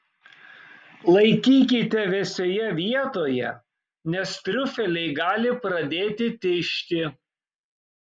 laikykite vėsioje vietoje nes triufeliai gali pradėti tižti